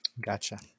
Gotcha